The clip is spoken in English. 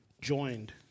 joined